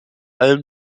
allem